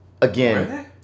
again